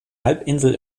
halbinsel